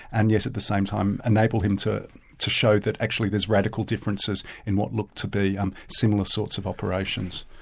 and yet at the same time, enabled him to to show that actually there's radical differences in what look to be um similar sorts of operations.